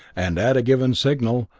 and at a given signal,